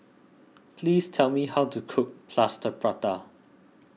please tell me how to cook Plaster Prata